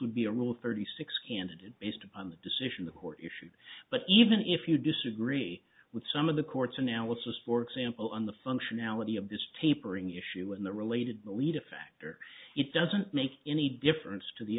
would be a rule thirty six candidate based on the decision the court issued but even if you disagree with some of the court's analysis for example on the functionality of this tapering issue and the related leda factor it doesn't make any difference to the